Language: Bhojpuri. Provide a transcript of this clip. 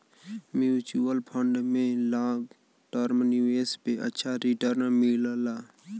म्यूच्यूअल फण्ड में लॉन्ग टर्म निवेश पे अच्छा रीटर्न मिलला